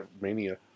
Mania